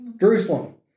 Jerusalem